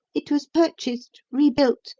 it was purchased, rebuilt,